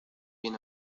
bien